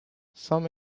some